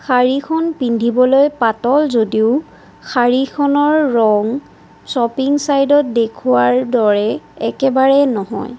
শাৰীখন পিন্ধিবলৈ পাতল যদিও শাৰীখনৰ ৰং শ্বপিং ছাইটত দেখুওৱাৰ দৰে একেবাৰেই নহয়